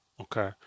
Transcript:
Okay